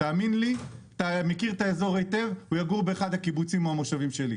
הוא יעדיף לגור באחד הקיבוצים או המושבים שלי.